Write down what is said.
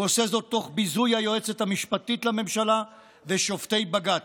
הוא עושה זאת תוך ביזוי היועצת המשפטית לממשלה ושופטי בג"ץ.